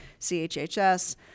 CHHS